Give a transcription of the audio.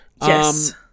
Yes